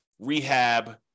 rehab